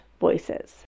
voices